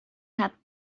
had